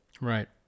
Right